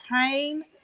pain